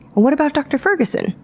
what about dr. ferguson?